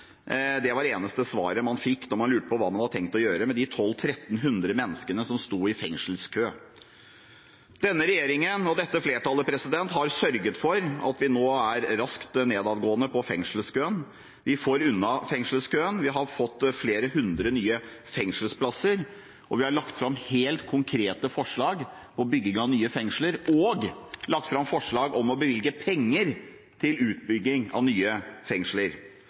Det var det eneste svaret man fikk når man lurte på hva man hadde tenkt å gjøre med de 1 200–1 300 menneskene som sto i fengselskø. Denne regjeringen og dette flertallet har sørget for at antallet som står i fengselskø, er raskt nedadgående. Vi får unna fengselskøen, vi har fått flere hundre nye fengselsplasser, vi har lagt fram helt konkrete forslag om bygging av nye fengsler, og vi har lagt fram forslag om å bevilge penger til utbygging av nye fengsler